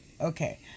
Okay